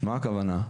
מה הכוונה?